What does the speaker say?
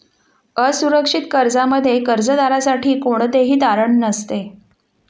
असुरक्षित कर्जामध्ये कर्जदारासाठी कोणतेही तारण नसते